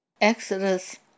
Exodus